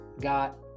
got